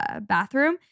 bathroom